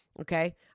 okay